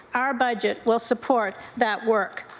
our budget will support that work.